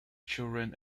children